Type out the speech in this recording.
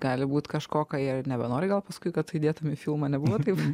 gali būt kažko ką jie ir nebenori gal paskui kad tu įdėtum į filmą nebuvo taip